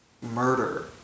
murder